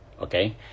okay